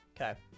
Okay